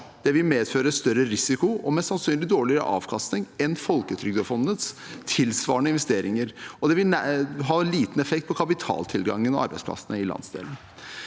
Det vil medføre større risiko og mest sannsynlig dårligere avkastning enn Folketrygdfondets tilsvarende investeringer. Det vil ha liten effekt på kapitaltilgangen og arbeidsplassene i landsdelen.